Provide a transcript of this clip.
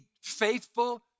faithful